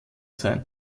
sein